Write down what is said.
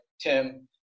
Tim